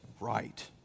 right